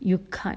you can't